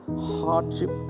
hardship